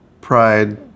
Pride